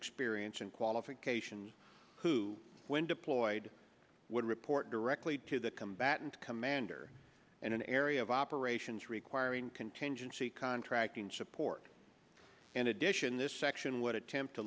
experience and qualification who when deployed would report directly to the combatant commander in an area of operations requiring contingency contracting support in addition this section would attempt to